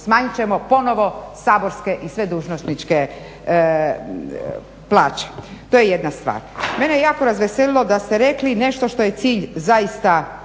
smanjit ćemo ponovo saborske i sve dužnosničke plaće. To je jedna stvar. Mene je jako razveselilo da ste rekli nešto što je cilj zaista